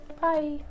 Bye